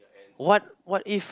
what what if